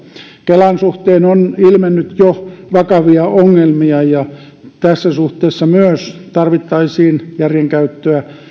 kelan suhteen on jo ilmennyt vakavia ongelmia ja tässä suhteessa myös tarvittaisiin järjen käyttöä